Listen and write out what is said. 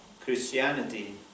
Christianity